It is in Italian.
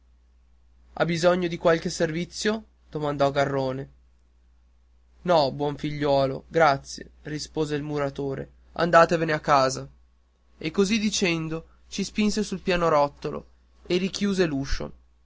ha bisogno di qualche servizio domandò garrone no buon figliuolo grazie rispose il muratore andatevene a casa e così dicendo ci spinse sul pianerottolo e richiuse